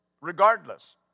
regardless